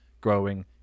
growing